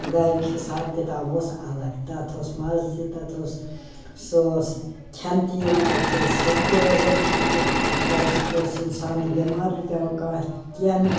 گَریُک حِساب کِتاب اوس الگ تَتھ اوس مَزٕ تہِ تَتھ اوس سُہ اوس کھیٚنہٕ تہِ یِوان تٔمۍ سۭتۍ اوس صحت تہِ روزان ٹھیٖک تٔمۍ سۭتۍ اوس اِنسان بٮ۪مار نہٕ پٮ۪وان کانٛہہ کیٚنہہ نہٕ